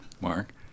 Mark